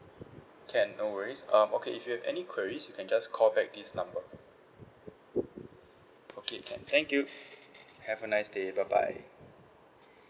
can no worries um okay if you have any queries you can just call back this number okay can thank you have a nice day bye bye